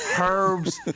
Herbs